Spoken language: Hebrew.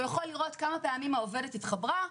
הוא יכול לראות כמה פעמים העובדת התחברה,